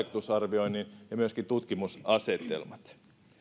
teemme huolellisen vaikutusarvioinnin ja myöskin tutkimusasetelmat